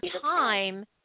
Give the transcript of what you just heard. time